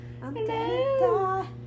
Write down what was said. Hello